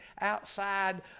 outside